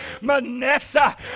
Manessa